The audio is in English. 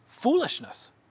foolishness